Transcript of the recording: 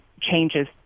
changes